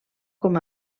com